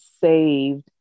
saved